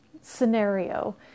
scenario